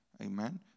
amen